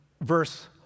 verse